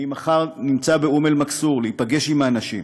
אני מחר נמצא בביר-אל-מכסור להיפגש עם האנשים,